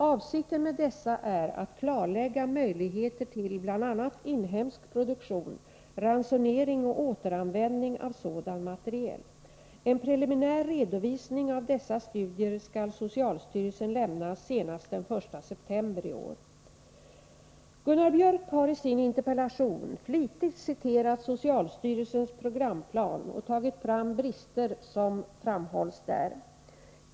Avsikten med dessa är att klarlägga möjligheter till bl.a. inhemsk produktion, ransonering och återanvändning av sådan materiel. En preliminär redovisning av dessa studier skall socialstyrelsen lämna senast den 1 september i år. Gunnar Biörck har i sin interpellation flitigt citerat socialstyrelsens programplan och tagit fram brister som framhålls där.